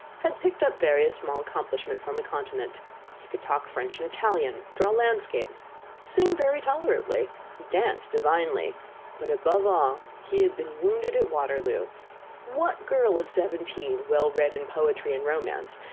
had picked up various small accomplishments on the continent he could talk french and italian draw landscapes sing very tolerably dance divinely but above all he had been wounded at waterloo what girl of seventeen, well read in poetry and romance,